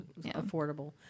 affordable